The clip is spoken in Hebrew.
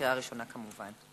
בקריאה ראשונה כמובן.